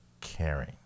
caring